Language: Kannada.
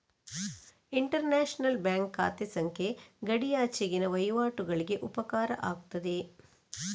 ಇಂಟರ್ ನ್ಯಾಷನಲ್ ಬ್ಯಾಂಕ್ ಖಾತೆ ಸಂಖ್ಯೆ ಗಡಿಯಾಚೆಗಿನ ವಹಿವಾಟುಗಳಿಗೆ ಉಪಕಾರ ಆಗ್ತದೆ